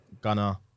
Gunner